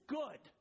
good